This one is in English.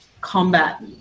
combat